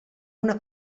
una